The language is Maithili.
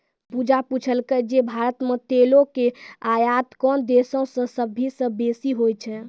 पूजा पुछलकै जे भारत मे तेलो के आयात कोन देशो से सभ्भे से बेसी होय छै?